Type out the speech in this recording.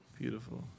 Beautiful